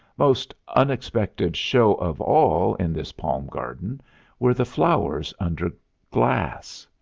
most unexpected show of all in this palm garden were the flowers under glass.